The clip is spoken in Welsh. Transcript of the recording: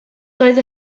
doedd